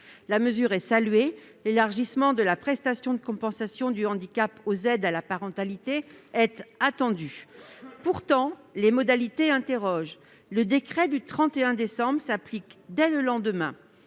La mesure est saluée, l'élargissement de la prestation de compensation du handicap (PCH) aux aides à la parentalité étant attendu. Pourtant, les modalités suscitent des interrogations. Le décret du 31 décembre s'applique dès le lendemain.